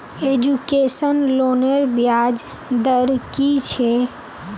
Education लोनेर ब्याज दर कि छे?